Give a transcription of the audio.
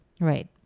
Right